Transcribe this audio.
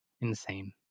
insane